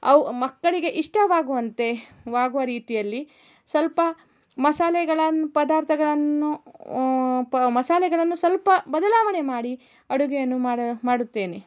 ಅವು ಮಕ್ಕಳಿಗೆ ಇಷ್ಟವಾಗುವಂತೆ ವಾಗುವ ರೀತಿಯಲ್ಲಿ ಸ್ವಲ್ಪ ಮಸಾಲೆಗಳನ್ನು ಪದಾರ್ಥಗಳನ್ನು ಪ ಮಸಾಲೆಗಳನ್ನು ಸ್ವಲ್ಪ ಬದಲಾವಣೆ ಮಾಡಿ ಅಡುಗೆಯನ್ನು ಮಾಡ ಮಾಡುತ್ತೇನೆ